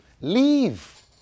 leave